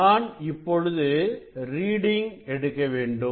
நான் இப்பொழுது ரீடிங் எடுக்க வேண்டும்